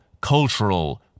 cultural